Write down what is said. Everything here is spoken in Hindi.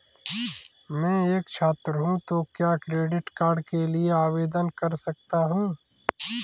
मैं एक छात्र हूँ तो क्या क्रेडिट कार्ड के लिए आवेदन कर सकता हूँ?